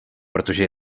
protože